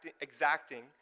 exacting